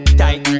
tight